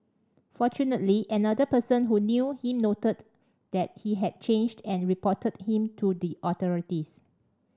fortunately another person who knew him noted that he had changed and reported him to the authorities